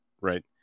right